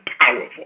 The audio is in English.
powerful